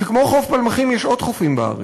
שכמו חוף פלמחים יש עוד חופים בארץ,